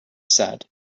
said